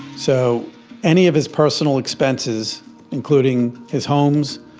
so any of his personal expenses including his homes,